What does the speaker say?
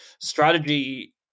strategy